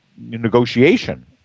negotiation